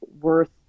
worth